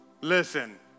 Listen